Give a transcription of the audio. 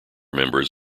members